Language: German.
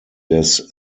des